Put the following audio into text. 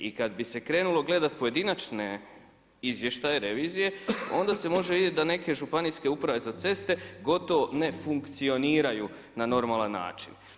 I kad bi se krenulo gledati pojedinačne izvještaje revizije, onda se može vidjeti da neke Županijske uprave za ceste gotovo ne funkcioniraju na normalan način.